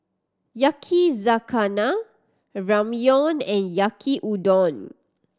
Yakizakana Ramyeon and Yaki Udon